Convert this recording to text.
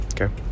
Okay